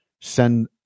send